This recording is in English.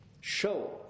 Show